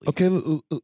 okay